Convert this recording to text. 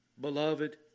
Beloved